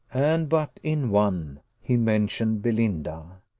and but in one, he mentioned belinda.